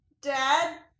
Dad